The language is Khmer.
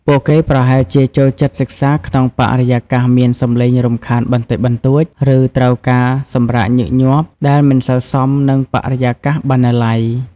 ពួកគេប្រហែលជាចូលចិត្តសិក្សាក្នុងបរិយាកាសមានសម្លេងរំខានបន្តិចបន្តួច ឬត្រូវការសម្រាកញឹកញាប់ ដែលមិនសូវសមនឹងបរិយាកាសបណ្ណាល័យ។